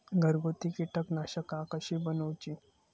घरगुती कीटकनाशका कशी बनवूची?